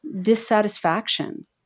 dissatisfaction